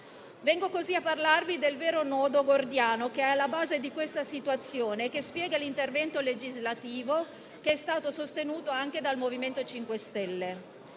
Vengo così a parlarvi del vero nodo gordiano che è alla base di questa situazione e che spiega l'intervento legislativo che è stato sostenuto anche dal MoVimento 5 Stelle.